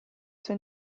suo